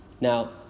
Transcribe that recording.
Now